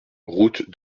route